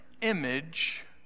image